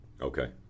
Okay